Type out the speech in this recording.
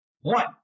one